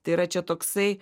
tai yra čia toksai